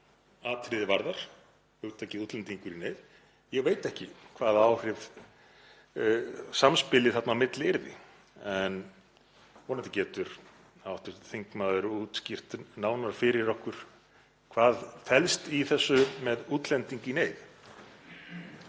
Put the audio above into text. hvað þetta atriði varðar, hugtakið útlendingur í neyð, ég veit ekki hvaða áhrif samspilið þarna á milli yrði. En vonandi getur hv. þingmaður útskýrt nánar fyrir okkur hvað felst í þessu með útlending í neyð.